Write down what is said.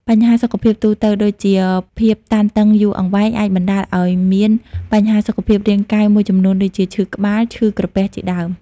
បញ្ហាសុខភាពទូទៅដូចជាភាពតានតឹងយូរអង្វែងអាចបណ្តាលឲ្យមានបញ្ហាសុខភាពរាងកាយមួយចំនួន ដូចជាឈឺក្បាល ឈឺក្រពះជាដើម ។